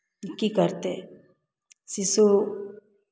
की करतै शिशु